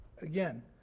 again